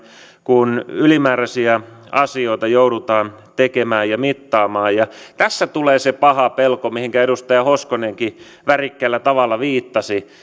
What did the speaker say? kun ylimääräisiä asioita joudutaan tekemään ja mittaamaan tässä tulee se paha pelko mihinkä edustaja hoskonenkin värikkäällä tavalla viittasi